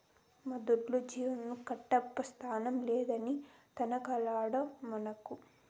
మా దొడ్లో జీవాలను కట్టప్పా స్థలం లేదని తనకలాడమాకు